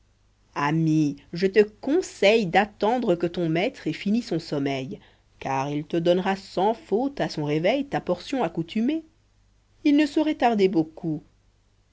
ami je te conseille d'attendre que ton maître ait fini son sommeil car il te donnera sans faute à son réveil ta portion accoutumée il ne saurait tarder beaucoup